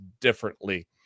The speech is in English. differently